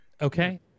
Okay